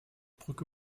brücke